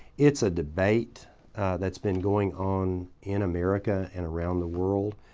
it's a debate that's been going on in america and around the world.